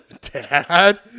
Dad